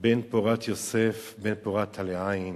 "בן פֹרת יוסף בן פֹרת עלי עין